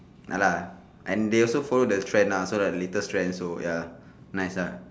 ya lah and they also follow the trend lah so like latest trend so ya nice uh